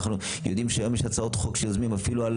אנחנו יודעים שיוזמים היום הצעות חוק אפילו על